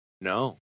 no